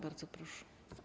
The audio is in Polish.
Bardzo proszę.